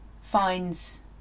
finds